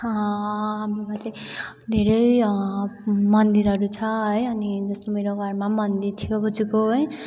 धेरै मन्दिरहरू छ है अनि जस्तो मेरो घरमा मन्दिर थियो बोज्यूको है